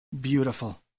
Beautiful